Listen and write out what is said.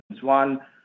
One